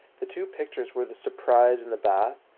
the two pictures were the surprise in the bath,